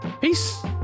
Peace